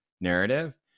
narrative